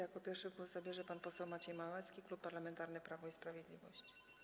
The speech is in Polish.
Jako pierwszy głos zabierze pan poseł Maciej Małecki, Klub Parlamentarny Prawo i Sprawiedliwość.